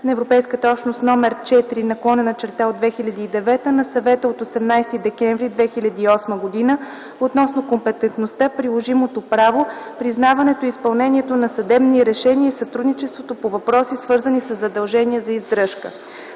на Европейската общност № 4/2009 на Съвета от 18 декември 2008 г. относно компетентността, приложимото право, признаването и изпълнението на съдебни решения и сътрудничеството по въпроси, свързани със задължения за издръжка.